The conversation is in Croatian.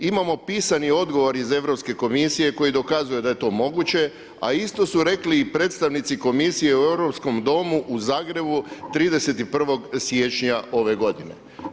Imamo pisani odgovor iz Europske komisije koji dokazuje da je to moguće, a isto su rekli i predstavnici Komisije u Europskom domu u Zagrebu 31. siječnja ove godine.